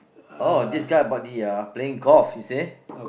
oh this guy buggy ah playing golf he say